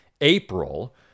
April